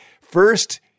First